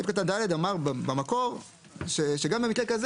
סעיף קטן (ד) אמר במקור שגם במקרה כזה